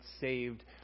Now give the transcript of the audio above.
saved